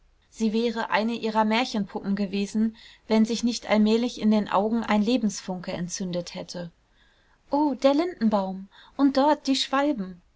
sie wäre eine ihrer märchenpuppen gewesen wenn sich nicht allmählich in den augen ein lebensfunke entzündet hätte o der lindenbaum und dort die schwalben